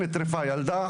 נטרפה ילדה,